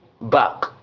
back